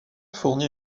fournit